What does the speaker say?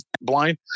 blind